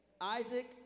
Isaac